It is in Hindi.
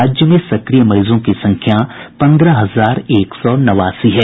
राज्य में सक्रिय मरीजों की संख्या पन्द्रह हजार एक सौ नवासी है